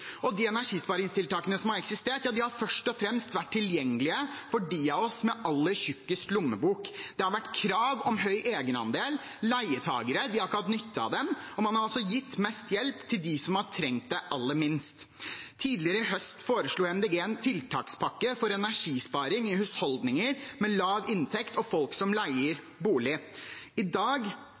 De energisparingstiltakene som har eksistert, har først og fremst vært tilgjengelig for dem av oss med aller tjukkest lommebok. Det har vært krav om høy egenandel. Leietakere har ikke hatt nytt av dem, og man har også gitt mest hjelp til dem som har trengt det aller minst. Tidligere i høst foreslo MDG en tiltakspakke for energisparing i husholdninger med lav inntekt og for folk som leier bolig. I dag